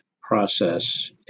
process